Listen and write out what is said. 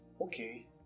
okay